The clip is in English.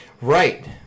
Right